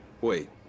Wait